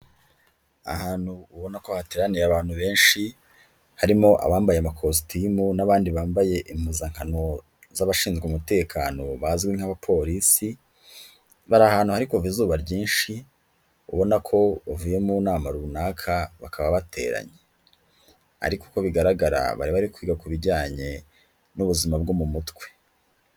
Ahantu ubona ko hateraniye abantu benshi, harimo abambaye amakositimu n'abandi bambaye impuzankano z'abashinzwe umutekano bazwi nk'Abapolisi, bari ahantu hari kuva izuba ryinshi, ubona ko bavuye mu nama runaka bakaba bateranye. Ariko uko bigaragara bari bari kwiga ku bijyanye n'ubuzima bwo mu mutwe.